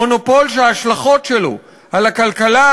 מונופול שההשלכות שלו על הכלכלה,